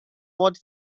mod